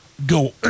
Go